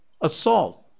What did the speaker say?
Assault